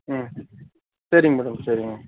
ம் சரிங்க மேடம் சரிங்க